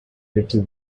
little